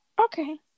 okay